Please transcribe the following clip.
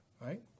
Right